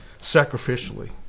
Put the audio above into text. sacrificially